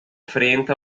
frente